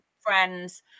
friends